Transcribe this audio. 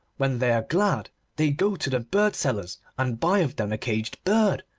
when they are glad they go to the bird-sellers and buy of them a caged bird,